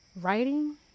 Writing